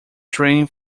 drilling